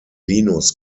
linus